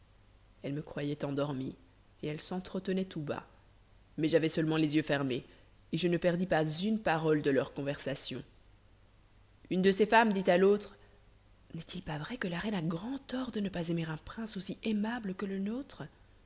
elles me croyaient endormi et elles s'entretenaient tout bas mais j'avais seulement les yeux fermés et je ne perdis pas une parole de leur conversation une de ces femmes dit à l'autre n'est-il pas vrai que la reine a grand tort de ne pas aimer un prince aussi aimable que le nôtre